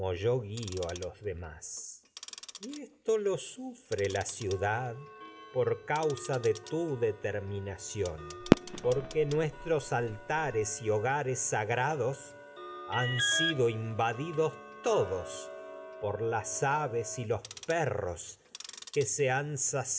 como guio a los demás y esto lo sufre la ciudad por tu causa determinación porque nuestros altares y hogares sagrados han sido invadidos y todos por las aves los perros que se han